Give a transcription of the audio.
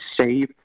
save